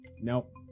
nope